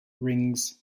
rings